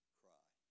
cry